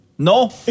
No